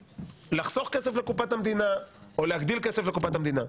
לחסוך כסף לקופת המדינה או להגדיל כסף לקופת המדינה.